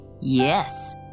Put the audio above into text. Yes